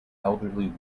elderly